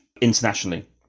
internationally